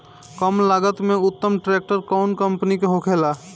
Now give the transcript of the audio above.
कम लागत में उत्तम ट्रैक्टर कउन कम्पनी के होखेला?